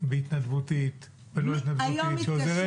והתנדבותית ולא התנדבותית שעוזרת